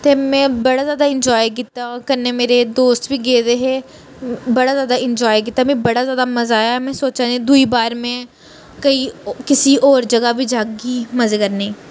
ते मै बड़ा ज्यादा एन्जाय कीता कन्नै मेरे दोस्त बी गेदे हे बड़ा ज्यादा एन्जाय कीता मी बड़ा ज्यादा मज़ा आया मैं सोचा दी आं मै दुई बार मै केईं किसे होर जगह् बी जाह्गी मज़े कन्नै